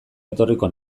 etorriko